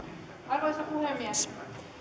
arvoisa puhemies